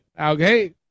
Okay